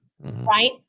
Right